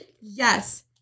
yes